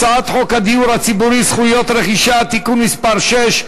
הצעת חוק הדיור הציבורי (זכויות רכישה) (תיקון מס' 6),